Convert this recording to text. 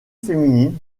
féminine